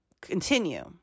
continue